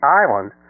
island